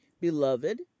Beloved